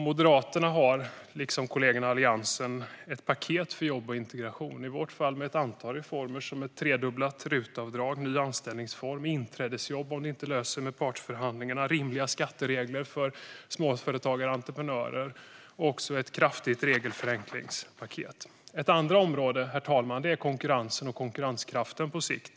Moderaterna och kollegorna i Alliansen har ett paket för jobb och integration, med ett antal reformer: tredubblat RUT-avdrag, ny anställningsform, inträdesjobb om det inte löser sig med partsförhandlingarna, rimliga skatteregler för småföretagare och entreprenörer och ett kraftigt regelförenklingspaket. Ett andra område, herr talman, är konkurrensen och konkurrenskraften på sikt.